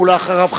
אחריו,